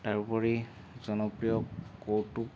তাৰোপৰি জনপ্ৰিয় কৌতুক